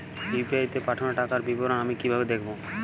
UPI তে পাঠানো টাকার বিবরণ আমি কিভাবে দেখবো?